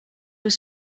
were